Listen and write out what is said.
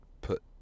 put